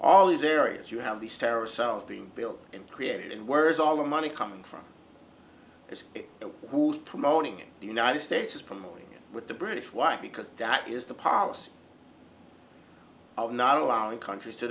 all these areas you have these terrorist cells being built and created and worse all the money coming from it but who is promoting the united states is promoting with the british why because that is the policy of not allowing countries to